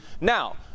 Now